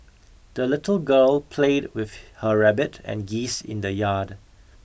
the little girl played with her rabbit and geese in the yard